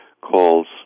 calls